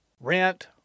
rent